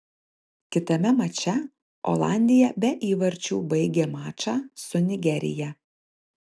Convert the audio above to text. kitame mače olandija be įvarčių baigė mačą su nigerija